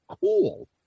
Cool